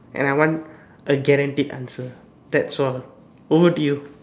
and I want a guaranteed answer that's all over to you